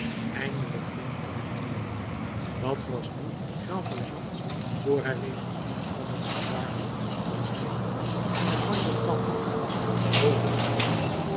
eindelijk vindt men hem hier wat was nu jean valjean vr hij wegens diefstal met verzwarende omstandigheden in t bagno kwam